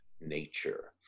nature